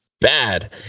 bad